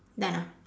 done ah